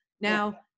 Now-